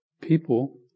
People